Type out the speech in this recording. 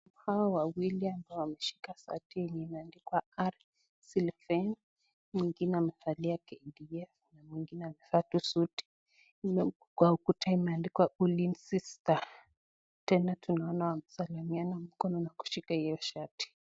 Hawa wawili ambao wameshika shati yenye imeadikwa seven , mwingine amavalia kdf , na mwingine amevaa tu suti, hii ingine kwa ukuta imeadikwa ulinzi stars , tena tunaona wamesalimiana mikono na kushika hio shati.